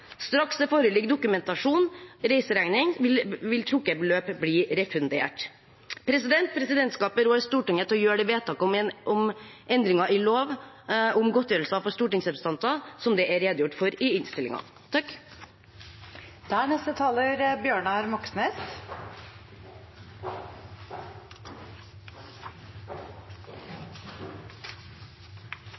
Straks det foreligger dokumentasjon/reiseregning, vil trukket beløp bli refundert. Presidentskapet rår Stortinget til å gjøre vedtak om endringer i lov om godtgjørelse for stortingsrepresentanter, som det er redegjort for i